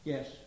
Yes